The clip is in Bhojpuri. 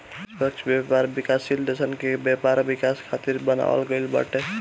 निष्पक्ष व्यापार विकासशील देसन के व्यापार विकास खातिर बनावल गईल बाटे